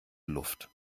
luft